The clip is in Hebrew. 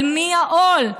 על מי העול?